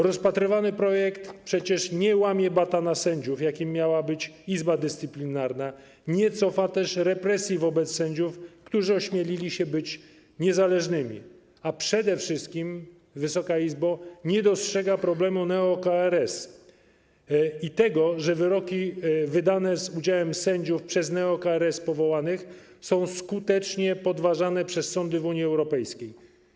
Rozpatrywany projekt przecież nie łamie bata na sędziów, jakim miała być Izba Dyscyplinarna, nie cofa też represji wobec sędziów, którzy ośmielili się być niezależni, a przede wszystkim, Wysoka Izbo, nie dostrzega problemu neo-KRS i tego, że wyroki wydane z udziałem sędziów powołanych przez neo-KRS są skutecznie podważane przez sądy w Unii Europejskiej.